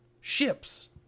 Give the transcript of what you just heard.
ships